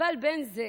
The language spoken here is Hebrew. אבל בין זה